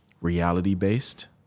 reality-based